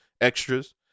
extras